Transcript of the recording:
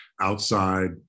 outside